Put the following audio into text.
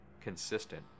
consistent